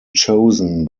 chosen